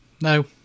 No